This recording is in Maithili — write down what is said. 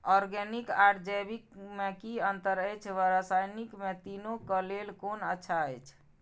ऑरगेनिक आर जैविक में कि अंतर अछि व रसायनिक में तीनो क लेल कोन अच्छा अछि?